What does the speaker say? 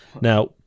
Now